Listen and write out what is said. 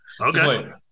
Okay